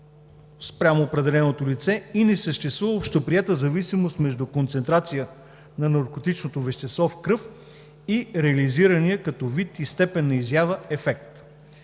спрямо определеното лице и не съществува общоприета зависимост между концентрация на наркотичното вещество в кръв и реализирания като вид и степен на изява ефект.